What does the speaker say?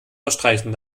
verstreichen